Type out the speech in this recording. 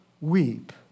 weep